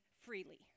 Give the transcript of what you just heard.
freely